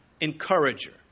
encourager